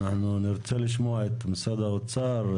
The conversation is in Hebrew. אנחנו נרצה לשמוע את משרד האוצר.